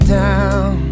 down